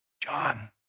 John